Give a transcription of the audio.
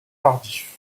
tardif